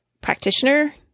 practitioner